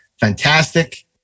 fantastic